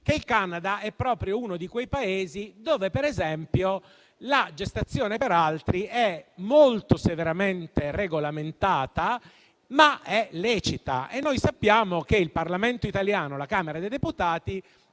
che il Canada è proprio uno di quei Paesi dove, per esempio, la gestazione per altri è molto severamente regolamentata, ma è lecita. Noi sappiamo che la Camera dei deputati